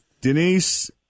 Denise